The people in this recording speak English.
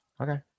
Okay